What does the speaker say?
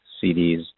CD's